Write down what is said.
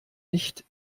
nicht